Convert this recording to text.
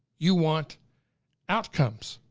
you want outcomes.